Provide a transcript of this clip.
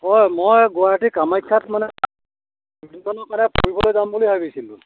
অঁ মই গুৱাহাটীৰ কামাখ্যাত মানে দুদিনমানৰ কাৰণে ফুৰিবলৈ যাম বুলি ভাবিছিলোঁ